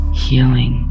healing